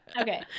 Okay